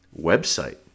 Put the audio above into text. website